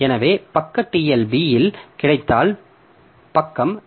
எனவே பக்கம் டி